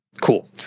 Cool